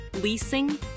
leasing